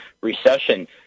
Recession